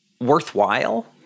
worthwhile